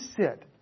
sit